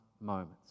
moments